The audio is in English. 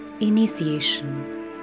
initiation